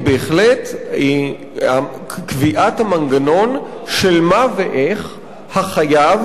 חקירת היכולת היא בהחלט קביעת המנגנון של מה ואיך החייב